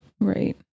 Right